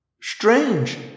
Strange